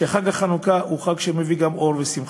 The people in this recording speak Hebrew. שחג החנוכה הוא חג שמביא גם אור ושמחה.